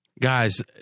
guys